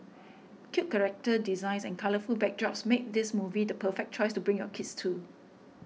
cute character designs and colourful backdrops make this movie the perfect choice to bring your kids to